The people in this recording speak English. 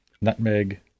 nutmeg